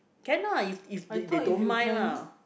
can lah if if th~ they don't mind lah